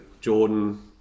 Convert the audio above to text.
Jordan